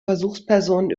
versuchspersonen